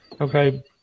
okay